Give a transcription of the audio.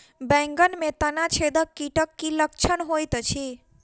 बैंगन मे तना छेदक कीटक की लक्षण होइत अछि?